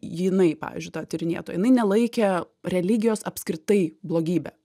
jinai pavyzdžiui ta tyrinėtoja jinai nelaikė religijos apskritai blogybe